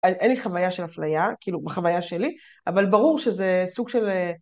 אין לי חוויה של אפליה, כאילו בחוויה שלי, אבל ברור שזה סוג של...